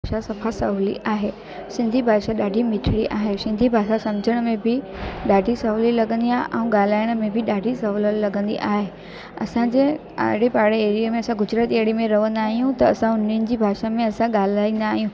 भाषा सफा सवली आहे सिंधी भाषा ॾाढी मिठड़ी आहे सिंधी भाषा सम्झण में बि ॾाढी सवली लॻंदी आहे ऐं ॻाल्हाइण में बि ॾाढी सहुलत लॻंदी आहे असांजे आड़े पाड़े एरिये में असां गुजराती एरिये में रहंदा आहियूं त असां उन्हनि जी भाषा में असां ॻाल्हाईंदा आहियूं